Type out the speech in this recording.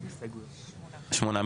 שמונה.